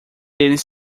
eles